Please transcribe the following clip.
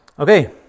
Okay